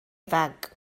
fag